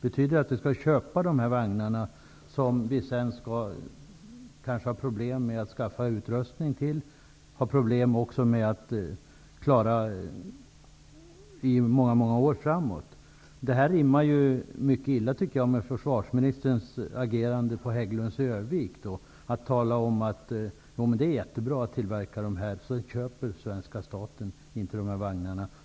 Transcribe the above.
Betyder det att vi skall köpa dessa vagnar, som vi sedan kanske har problem med att skaffa utrustning till och får problem med många år framåt? Det här rimmar mycket illa med försvarsministerns agerande på Hägglunds i Örnsköldsvik, där han talade om att det är jättebra att tillverka dessa vagnar. Så köper svenska staten inte dem.